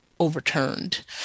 overturned